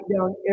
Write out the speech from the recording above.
down